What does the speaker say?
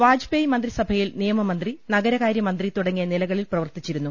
വാജ്പേയി മന്ത്രിസഭയിൽ നിയമമന്ത്രി നഗരകാര്യമന്ത്രി തുടങ്ങിയ നിലകളിൽ പ്രവർത്തിച്ചിരുന്നു